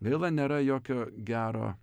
gaila nėra jokio gero